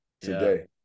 today